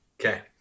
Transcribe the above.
Okay